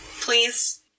please